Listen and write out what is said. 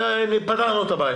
אתה לא נותן לנו לדבר.